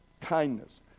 kindness